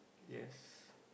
yes